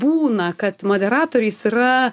būna kad moderatoriais yra